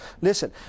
Listen